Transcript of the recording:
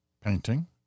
painting